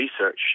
research